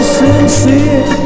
sincere